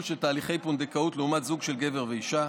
של תהליכי פונדקאות לעומת זוג של גבר ואישה.